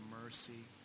mercy